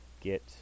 get